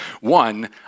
One